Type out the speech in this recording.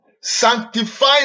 sanctify